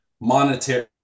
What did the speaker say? monetary